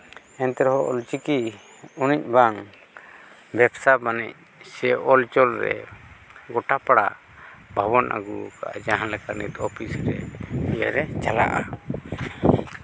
ᱮᱱᱛᱮ ᱨᱮᱦᱚᱸ ᱚᱞᱪᱤᱠᱤ ᱩᱱᱟᱹᱜ ᱵᱟᱝ ᱵᱮᱵᱽᱥᱟ ᱵᱟᱹᱱᱤᱡᱽ ᱥᱮ ᱚᱞ ᱛᱚᱞ ᱨᱮ ᱜᱳᱴᱟ ᱵᱟᱵᱚᱱ ᱟᱹᱜᱩ ᱠᱟᱜᱼᱟ ᱡᱟᱦᱟᱸ ᱞᱮᱠᱟ ᱱᱤᱛ ᱚᱯᱷᱤᱥ ᱨᱮ ᱵᱮᱨᱮᱫ ᱪᱟᱞᱟᱜᱼᱟ